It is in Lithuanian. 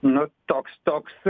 nu toks toks